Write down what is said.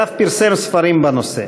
ואף פרסם ספרים בנושא.